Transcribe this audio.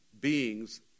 beings